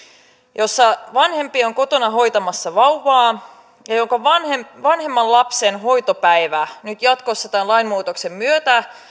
jossa vanhempi on kotona hoitamassa vauvaa ja jonka vanhemman lapsen hoitopäivä nyt jatkossa tämän lainmuutoksen myötä